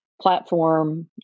platform